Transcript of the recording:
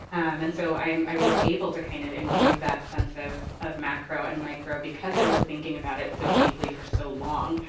and so i um i was able to kind of imbue that sense of of macro and micro because i was thinking about it so deeply for so long.